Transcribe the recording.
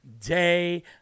day